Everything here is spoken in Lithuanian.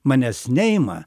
manęs neima